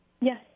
yes